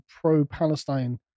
pro-Palestine